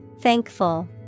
Thankful